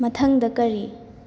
ꯃꯊꯪꯗ ꯀꯔꯤ